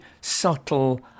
subtle